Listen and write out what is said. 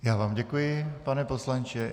Já vám děkuji, pane poslanče.